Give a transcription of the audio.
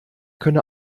könne